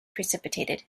precipitated